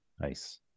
nice